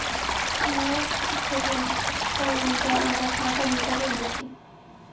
note এবং coin যা আমরা টাকা হিসেবে বুঝি